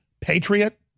patriot